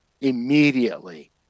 immediately